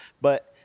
But-